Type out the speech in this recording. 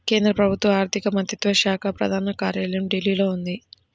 కేంద్ర ప్రభుత్వ ఆర్ధిక మంత్రిత్వ శాఖ ప్రధాన కార్యాలయం ఢిల్లీలో ఉంది